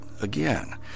again